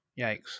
Yikes